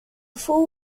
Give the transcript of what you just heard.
full